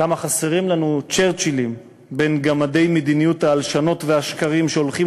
כמה חסרים לנו צ'רצ'ילים בין גמדי מדיניות ההלשנות והשקרים שהולכים